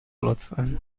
لطفا